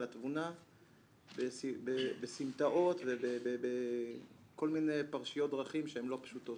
על התבונה בסמטאות ובכל מיני פרשיות דרכים שהן לא פשוטות.